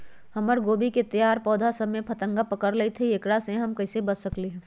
हमर गोभी के तैयार पौधा सब में फतंगा पकड़ लेई थई एकरा से हम कईसे बच सकली है?